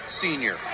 senior